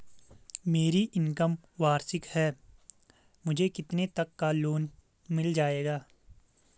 मेरी इनकम वार्षिक है मुझे कितने तक लोन मिल जाएगा?